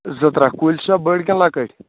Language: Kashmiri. زٕ ترٛکھ کُلۍ چھِسا بٔڑۍ کِنہٕ لۄکٕٹۍ